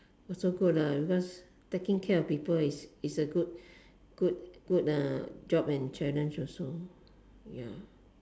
also good lah because taking care of people is is a good good uh job and challenge also ya